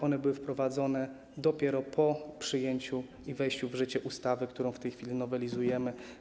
One były wprowadzone dopiero po przyjęciu i wejściu w życie ustawy, którą w tej chwili nowelizujemy.